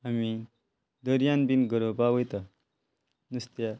आमी दर्यान बी गरोवपाक वयता नुस्त्या